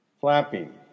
Flapping